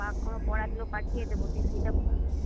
আর কোনো পড়াগুলো পাঠিয়ে দেবো তুই সেটা